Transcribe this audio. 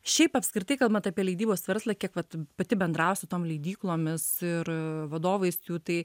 šiaip apskritai kalbant apie leidybos verslą kiek vat pati bendrauju su tom leidyklomis ir vadovais jų tai